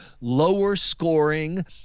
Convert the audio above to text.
lower-scoring